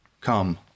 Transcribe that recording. Come